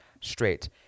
straight